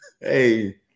Hey